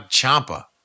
Champa